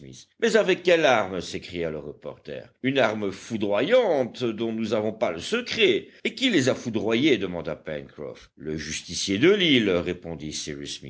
mais avec quelle arme s'écria le reporter une arme foudroyante dont nous n'avons pas le secret et qui les a foudroyés demanda pencroff le justicier de l'île répondit